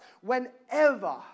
whenever